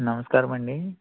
నమస్కారమండి